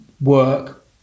work